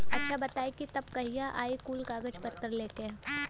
अच्छा बताई तब कहिया आई कुल कागज पतर लेके?